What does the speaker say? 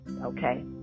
okay